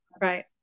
Right